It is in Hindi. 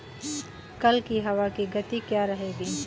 कल की हवा की गति क्या रहेगी?